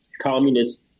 communist